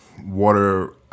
water